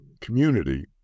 community